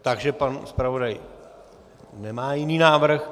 Takže pan zpravodaj nemá jiný návrh.